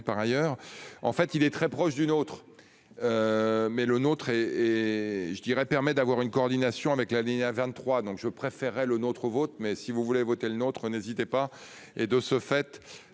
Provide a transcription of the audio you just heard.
par ailleurs en fait il est très proche d'une autre. Mais le nôtre et et je dirais permet d'avoir une coordination avec la ligne à 23 donc je préférerais le notre vote mais si vous voulez voter le nôtre, n'hésitez pas et de ce fait.